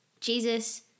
Jesus